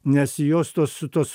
nes jos tos tos